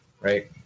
right